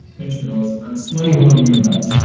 pinch your nose and sway holding your breath.